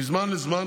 מזמן לזמן,